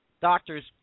Doctors